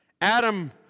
Adam